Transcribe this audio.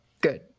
Good